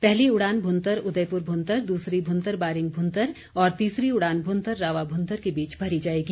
पहली उड़ान भुंतर उदयपुर भुंतर दूसरी भुंतर बारिंग भुंतर और तीसरी उड़ान भुंतर रावा भुंतर के बीच भरी जाएगी